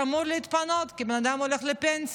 שאמור להתפנות כי הבן אדם הולך לפנסיה.